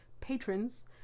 patrons